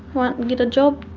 won't get a job.